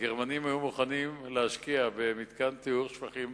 הגרמנים היו מוכנים להשקיע במתקן טיהור שפכים בסלפית.